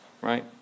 right